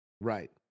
Right